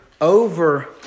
over